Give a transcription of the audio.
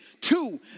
Two